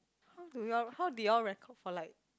how do you all how did you all record for like